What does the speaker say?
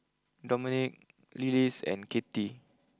Dominick Lillis and Kathey